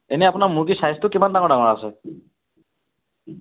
এনেই আপোনাৰ মুৰ্গীৰ চাইজটো কিমান ডাঙৰ ডাঙৰ আছে